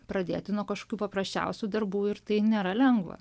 pradėti nuo kažkokių paprasčiausių darbų ir tai nėra lengva